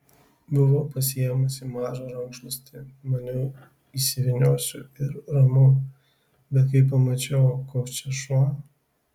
buvau pasiėmusi mažą rankšluostį maniau įsivyniosiu ir ramu bet kai pamačiau koks čia šuo